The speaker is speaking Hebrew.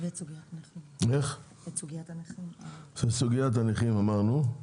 סוגיית הנכים אמרנו,